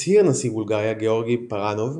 הצהיר נשיא בולגריה גאורגי פרבאנוב,